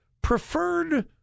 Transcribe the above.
preferred